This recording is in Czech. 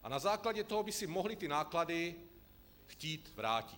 A na základě toho by si mohli ty náklady chtít vrátit.